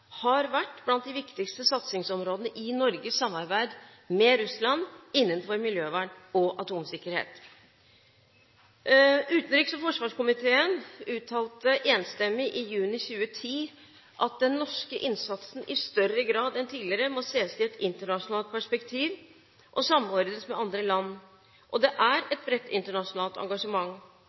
har vært blant de viktigste satsingsområdene i Norges samarbeid med Russland innenfor miljøvern og atomsikkerhet. Utenriks- og forsvarskomiteen uttalte enstemmig i juni 2010 at den norske innsatsen i større grad enn tidligere må ses i et internasjonalt perspektiv og samordnes med andre land. Det er et bredt internasjonalt engasjement.